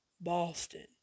Boston